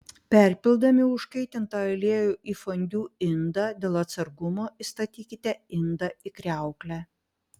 perpildami užkaitintą aliejų į fondiu indą dėl atsargumo įstatykite indą į kriauklę